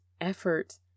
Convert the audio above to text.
effort